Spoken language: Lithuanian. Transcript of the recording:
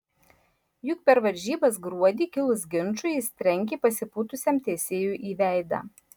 juk per varžybas gruodį kilus ginčui jis trenkė pasipūtusiam teisėjui į veidą